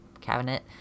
cabinet